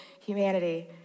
humanity